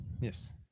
yes